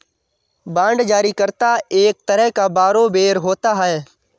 bond जारी करता एक तरह का बारोवेर होता है